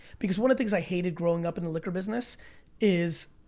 because one of the things i hated growing up in the liquor business is,